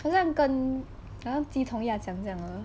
好像跟好像鸡同鸭讲这样 lah